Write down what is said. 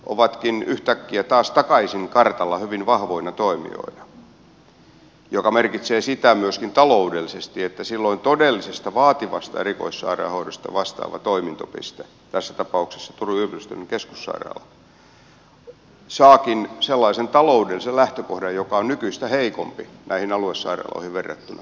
ovatkin yhtäkkiä taas takaisin kartalla hyvin vahvoina toimijoina mikä merkitsee sitä myöskin taloudellisesti että silloin todellisesta vaativasta erikoissairaanhoidosta vastaava toimintopiste tässä tapauksessa turun yliopistollinen keskussairaala saakin sellaisen taloudellisen lähtökohdan joka on nykyistä heikompi näihin aluesairaaloihin verrattuna